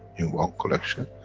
in one collection,